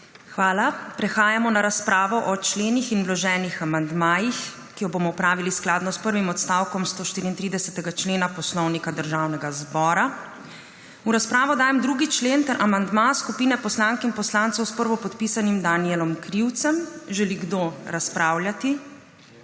Hvala. Prehajamo na razpravo o členih in vloženih amandmajih, ki jih bomo opravili skladno s prvim odstavkom 134. člena Poslovnika Državnega zbora. V razpravo dajem 2. člen ter amandma skupine poslank in poslancev s prvopodpisanim Danijelom Krivcem. Želi kdo razpravljati?